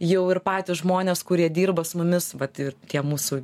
jau ir patys žmonės kurie dirba su mumis vat ir tie mūsų